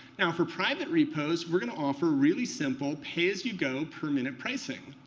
now, for private repos, we're going to offer really simple pay-as-you-go per-minute pricing.